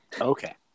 Okay